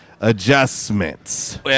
adjustments